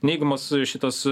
neigiamas šitas